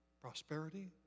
prosperity